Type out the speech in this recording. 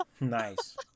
Nice